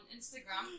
Instagram